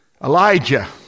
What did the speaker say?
Elijah